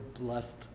blessed